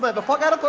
the fuck kind of are